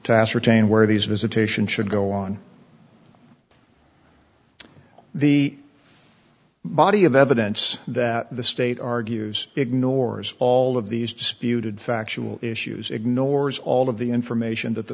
to ascertain where these visitation should go on the body of evidence that the state argues ignores all of these disputed factual issues ignores all of the information that the